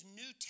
new